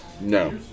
no